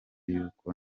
yuko